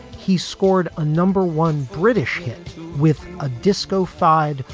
he scored a number one british hit with a disco fied,